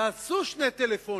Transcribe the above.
תעשו שני טלפונים.